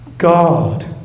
God